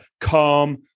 calm